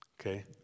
Okay